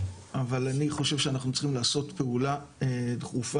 אבל אני חושב שאנחנו צריכים לעשות פעולה דחופה,